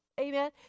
Amen